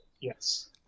Yes